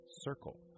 circle